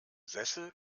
sessel